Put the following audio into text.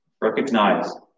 Recognize